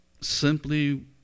simply